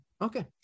Okay